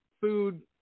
food